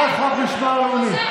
הצעת חוק משמר לאומי,